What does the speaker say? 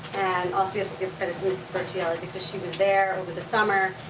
and also we have to give credit to mrs. berchielli because she was there over the summer,